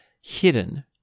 hidden